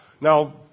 Now